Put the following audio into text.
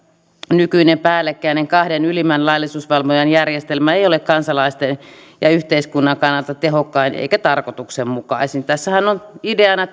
nykyinen päällekkäinen kahden ylimmän laillisuusvalvojan järjestelmä ei ole kansalaisten ja yhteiskunnan kannalta tehokkain eikä tarkoituksenmukaisin tässähän on tietysti ideana